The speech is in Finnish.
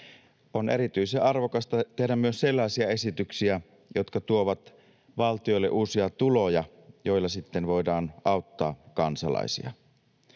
on erityisen arvokasta tehdä myös sellaisia esityksiä, jotka tuovat valtiolle uusia tuloja, joilla sitten voidaan auttaa kansalaisia.